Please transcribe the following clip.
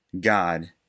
God